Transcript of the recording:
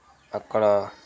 అక్కడ